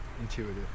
intuitive